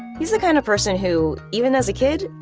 he's the kind of person who, even as a kid,